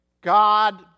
God